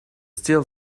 still